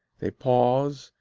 they pause,